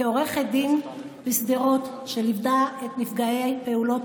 כעורכת דין בשדרות שליוותה את נפגעי פעולות